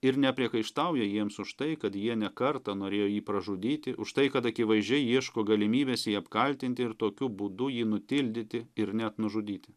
ir nepriekaištauja jiems už tai kad jie ne kartą norėjo jį pražudyti už tai kad akivaizdžiai ieško galimybės jį apkaltinti ir tokiu būdu jį nutildyti ir net nužudyti